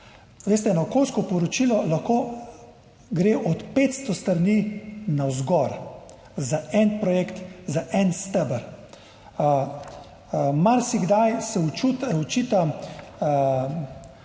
Veste, okoljsko poročilo lahko gre od 500 strani navzgor, za en projekt, za en steber. Marsikdaj se očita